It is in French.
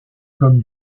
comme